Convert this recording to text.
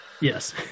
Yes